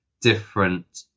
different